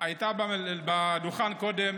הייתה על הדוכן קודם.